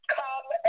come